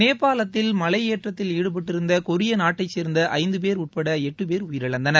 நேபாளத்தில் மலையேற்றத்தில் ஈடுபட்டிருந்த கொரிய நாட்டைச் சேர்ந்த ஐந்து பேர் உட்பட எட்டு பேர் உயிரிழந்தனர்